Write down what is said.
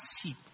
sheep